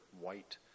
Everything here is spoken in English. white